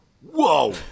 whoa